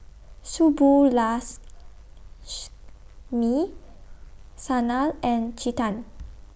Sanal and Chetan